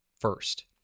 first